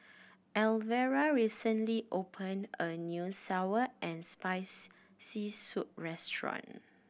Elvera recently opened a new sour and spice C soup restaurant